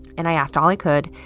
and i asked all i could,